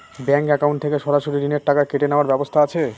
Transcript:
Bank account থেকে সরাসরি ঋণের টাকা কেটে নেওয়ার ব্যবস্থা আছে?